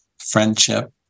friendship